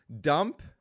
dump—